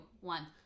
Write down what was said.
one